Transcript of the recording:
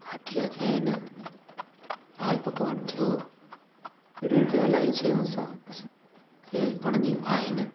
ॻाठियां थियां आहिनि दाल पकवान थियो अहिड़ी त इलाही शयूं असांखे वणंदियूं आहिनि